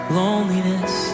loneliness